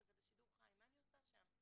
וזה בשידור חי מה אני עושה שם?